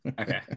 Okay